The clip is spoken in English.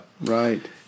Right